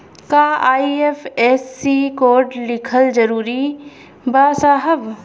का IFSC code लिखल जरूरी बा साहब?